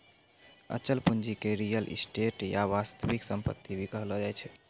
अचल पूंजी के रीयल एस्टेट या वास्तविक सम्पत्ति भी कहलो जाय छै